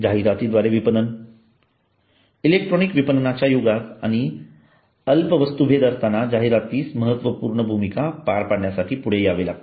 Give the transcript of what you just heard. जाहिराती द्वारे विपणन इलेक्ट्रॉनिक विपणनाच्या युगात आणि अत्यल्प वस्तुभेद असताना जाहिरातीस महत्वपूर्ण भूमिका पार पाडण्यासाठी पुठे यावे लागले